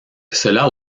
cela